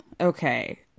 Okay